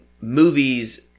movies